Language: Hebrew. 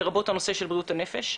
לרבות הנושא של בריאות הנפש.